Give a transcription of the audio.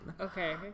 Okay